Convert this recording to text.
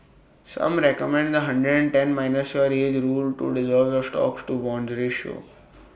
some recommend the hundred and ten minus your age rule to derive your stocks to bonds ratio